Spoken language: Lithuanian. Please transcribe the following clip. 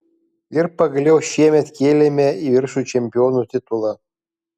ir pagaliau šiemet kėlėme į viršų čempionų titulą